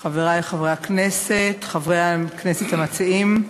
חברי חברי הכנסת, חברי הכנסת המציעים,